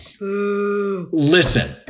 Listen